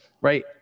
right